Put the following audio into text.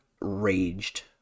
raged